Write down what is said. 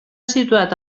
situat